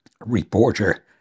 reporter